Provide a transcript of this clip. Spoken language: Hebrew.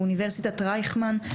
באוניברסיטת רייכמן,